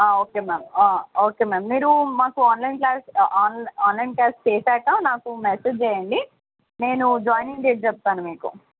okay ma'am okay ma'am మీరు మాకు online class online cash చేసాక నాకు మెసేజ్ చేయండి నేను జాయినింగ్ డేట్ చెప్తాను మీకు